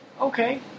Okay